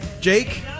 Jake